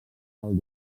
del